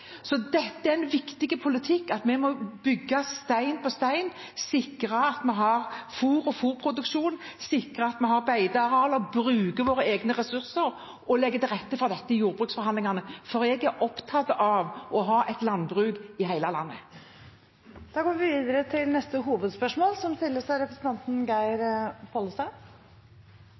Så dette er en viktig politikk, at vi må bygge stein på stein, sikre at vi har fôr og fôrproduksjon, sikre at vi har beitearealer, bruke våre egne ressurser og legge til rette for dette i jordbruksforhandlingene, for jeg er opptatt av å ha et landbruk i hele landet. Vi går videre til neste hovedspørsmål.